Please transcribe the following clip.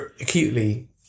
acutely